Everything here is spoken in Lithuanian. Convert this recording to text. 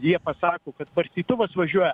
jie pasako kad barstytuvas važiuoja